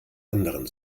anderen